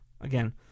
again